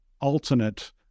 alternate